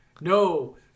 No